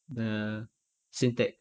the syntax